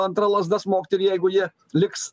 antra lazda smogti ir jeigu jie liks